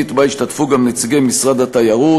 שהשתתפו בו גם נציגי משרד התיירות,